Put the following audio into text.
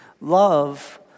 Love